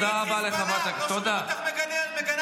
אולי תגני את חיזבאללה?